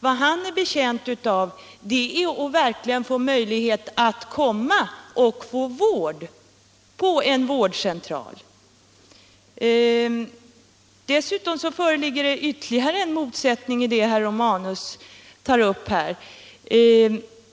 Vad han är betjänt av, det är att verkligen få möjlighet till vård på en vårdcentral. Det föreligger ytterligare en motsättning i vad herr Romanus tar upp.